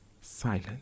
silent